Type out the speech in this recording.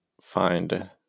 find